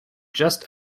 just